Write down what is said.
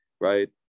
right